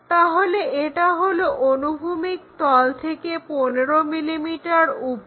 তাহলে এটা হলো অনুভূমিক তল থেকে 15 mm উপর